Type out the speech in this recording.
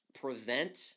prevent